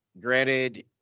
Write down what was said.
granted